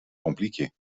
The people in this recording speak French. compliquée